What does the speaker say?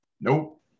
Nope